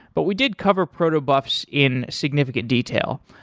but we did cover proto buffs in significant detail.